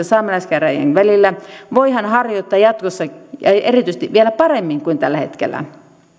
saamelaiskäräjien välillä voidaan harjoittaa jatkossa ja erityisesti vielä paremmin kuin tällä hetkellä